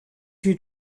you